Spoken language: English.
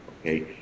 okay